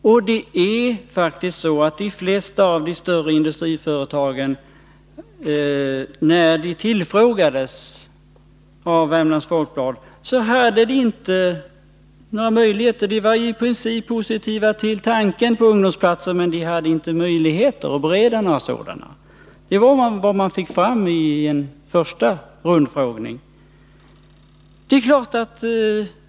Förhållandet är faktiskt det att de flesta av de större industriföretagen, när de tillfrågades av Värmlands Folkblad, förklarade att de inte hade några möjligheter. De var i princip positiva till tanken på ungdomsplatser, men de hade inga möjligheter att inrätta några sådana. Det var vad man fick fram i första rundfrågningen.